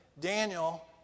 Daniel